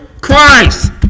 Christ